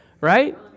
right